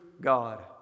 God